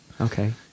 Okay